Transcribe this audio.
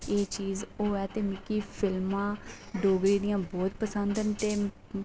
एह् चीज होऐ ते मिगी फिल्मां डोगरी दियां बहुत पसंद न ते